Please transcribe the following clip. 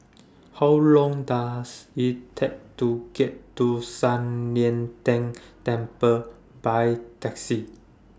How Long Does IT Take to get to San Lian Deng Temple By Taxi